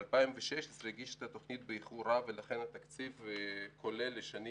בשנת 2016 הגיש את התוכניות באיחור רב ולכן מתקציב כולל לשנים